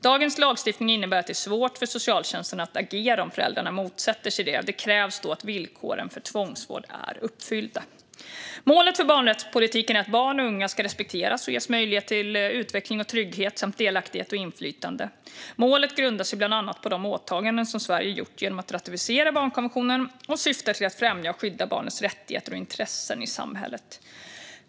Dagens lagstiftning innebär att det är svårt för socialtjänsten att agera om föräldrarna motsätter sig det; det krävs då att villkoren för tvångsvård är uppfyllda. Målet för barnrättspolitiken är att barn och unga ska respekteras och ges möjlighet till utveckling och trygghet samt delaktighet och inflytande. Målet grundar sig bland annat på de åtaganden som Sverige gjort genom att ratificera barnkonventionen och syftar till att främja och skydda barnets rättigheter och intressen i samhället.